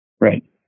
Right